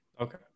Okay